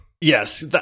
Yes